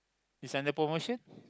is under promotion